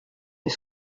est